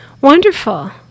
wonderful